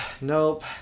nope